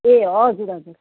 ए हजुर हजुर